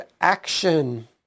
action